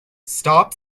stop